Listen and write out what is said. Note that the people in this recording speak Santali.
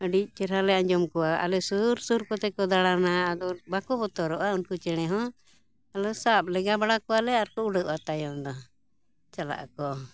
ᱟᱹᱰᱤ ᱪᱮᱦᱨᱟ ᱞᱮ ᱟᱸᱡᱚᱢ ᱠᱚᱣᱟ ᱟᱞᱮ ᱥᱩᱨ ᱥᱩᱨ ᱠᱚᱛᱮ ᱠᱚ ᱫᱟᱬᱟᱱᱟ ᱟᱫᱚ ᱵᱟᱠᱚ ᱵᱚᱛᱚᱨᱚᱜᱼᱟ ᱩᱱᱠᱩ ᱪᱮᱬᱮ ᱦᱚᱸ ᱟᱞᱮ ᱥᱟᱵ ᱞᱮᱜᱟ ᱵᱟᱲᱟ ᱠᱚᱣᱟᱞᱮ ᱟᱨᱠᱚ ᱩᱲᱟᱹᱜᱼᱟ ᱛᱟᱭᱚᱢ ᱫᱚ ᱪᱟᱞᱟᱜ ᱟᱠᱚ